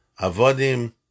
Avadim